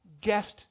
guest